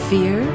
Fear